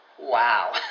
Wow